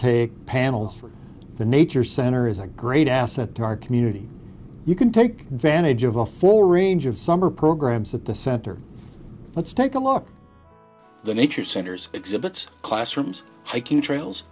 photovoltaics panels for the nature center is a great asset to our community you can take advantage of a full range of summer programs that the center let's take a look the nature centers exhibits classrooms hiking trails